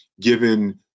given